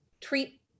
treat